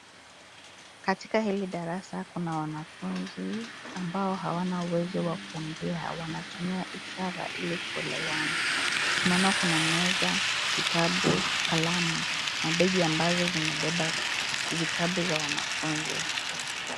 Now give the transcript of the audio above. Katika hili darasa kuna wanafunzi ambao hawana uwezo wa kuongea, wanatumia ishara ili kuolewana. Tunaona kuna meza, vitabu, kalamu, mabegi ambazo zimebeba vitabu za wanafunzi.